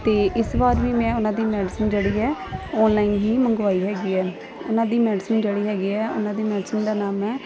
ਅਤੇ ਇਸ ਵਾਰ ਵੀ ਮੈਂ ਉਹਨਾਂ ਦੀ ਮੈਡੀਸਨ ਜਿਹੜੀ ਹੈ ਔਨਲਾਈਨ ਹੀ ਮੰਗਵਾਈ ਹੈਗੀ ਹੈ ਉਹਨਾਂ ਦੀ ਮੈਡੀਸਨ ਜਿਹੜੀ ਹੈਗੀ ਆ ਉਹਨਾਂ ਦੀ ਮੈਡੀਸਨ ਦਾ ਨਾਮ ਹੈ